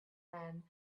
men